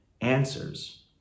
answers